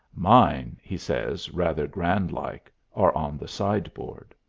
mine, he says, rather grand-like, are on the sideboard.